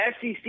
SEC